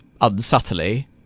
unsubtly